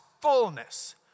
fullness